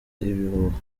ibihuha